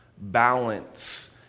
balance